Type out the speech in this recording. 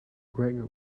greg